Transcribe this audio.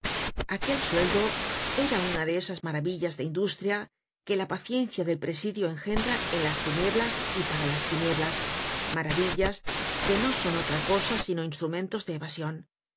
aquel sueldo era una de esas maravillas de industria que la paciencia del presidio engendra en las tinieblas y para las tinieblas maravillas que no son otra cosa sino instrumentos de evasion